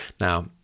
Now